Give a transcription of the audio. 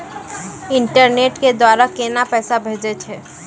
Internet के द्वारा केना पैसा भेजय छै?